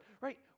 right